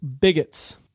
bigots